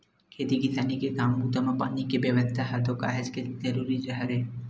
खेती किसानी के काम बूता म पानी के बेवस्था ह तो काहेक जरुरी जिनिस हरय